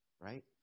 right